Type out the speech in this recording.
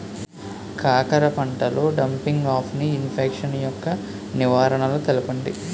కాకర పంటలో డంపింగ్ఆఫ్ని ఇన్ఫెక్షన్ యెక్క నివారణలు తెలపండి?